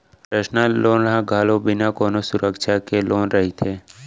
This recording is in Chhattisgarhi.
परसनल लोन ह घलोक बिना कोनो सुरक्छा के लोन रहिथे